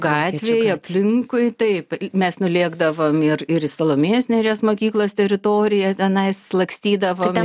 gatvėj aplinkui taip mes nulėkdavom ir ir į salomėjos nėries mokyklos teritoriją tenais lakstydavom